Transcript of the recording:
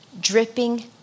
dripping